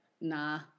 Nah